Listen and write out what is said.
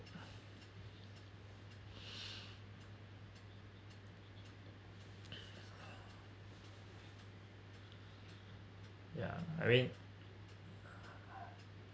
yeah I mean